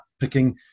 picking